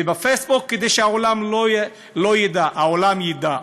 ובפייסבוק, כדי שהעולם לא ידע, העולם ידע,